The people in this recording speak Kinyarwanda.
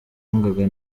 abaganga